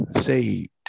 saved